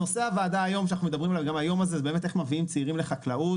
הנושא שאנחנו מדברים עליו היום בוועדה הוא איך מביאים צעירים לחקלאות.